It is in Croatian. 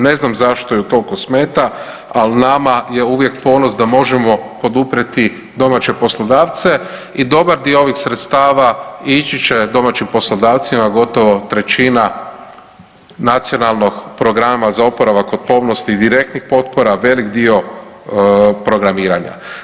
Ne znam zašto ju toliko smeta, al nama je uvijek ponos da možemo poduprijeti domaće poslodavce i dobar dio ovih sredstava ići će domaćim poslodavcima gotovo trećina Nacionalnog programa za oporavak otpornosti direktnih potpora, velik dio programiranja.